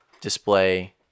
display